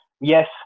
yes